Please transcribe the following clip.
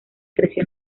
creció